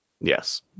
Yes